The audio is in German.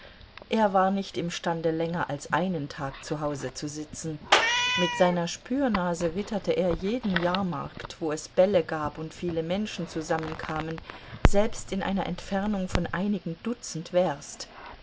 er war nicht imstande länger als einen tag zu hause zu sitzen mit seiner spürnase witterte er jeden jahrmarkt wo es bälle gab und viele menschen zusammenkamen selbst in einer entfernung von einigen dutzend werst